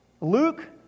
Luke